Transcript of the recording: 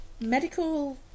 Medical